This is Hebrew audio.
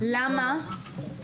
למה?